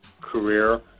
career